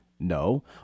No